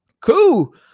Cool